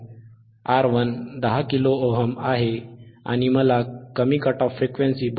1µF आहे R1 10 kilo ohms 10kΩ आहे आणि मला कमी कट ऑफ फ्रिक्वेन्सी 159